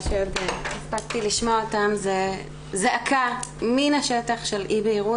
שעוד הספקתי לשמוע אותם זה זעקה מן השטח של אי בהירות,